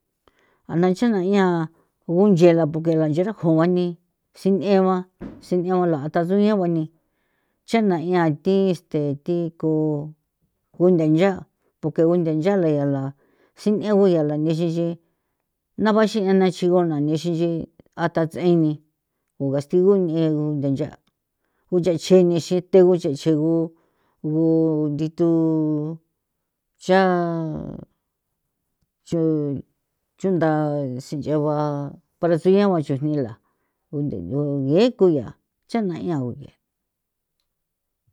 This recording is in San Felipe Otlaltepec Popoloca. A na cha'na ya ju nche la porque la nche rakju juani sin'egua sin'egua la a tha tsuñeba ni cha'na 'ian thi este thi ko kunthancha porque untha nchala yala sin'eui yala nixinxi nabanxin a na chjigo na ni nixi nchi a tha ts'eni u gastigo n'egu nthancha ucha ncheni xi the gu che che gu gu ndithu cha cha chunda sinch'egua para tsuñegua chujni la ye' kuya cha'na 'ian guye.